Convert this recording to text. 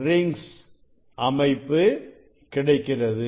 rings அமைப்பு கிடைக்கிறது